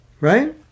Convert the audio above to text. Right